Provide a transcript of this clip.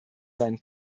sein